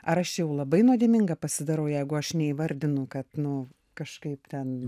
ar aš jau labai nuodėminga pasidarau jeigu aš neįvardinu kad nu kažkaip ten